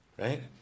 Right